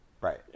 Right